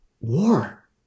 war